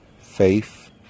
Faith